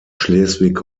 schleswig